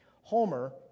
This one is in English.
Homer